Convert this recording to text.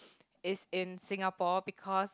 is in Singapore because